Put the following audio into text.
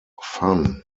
fun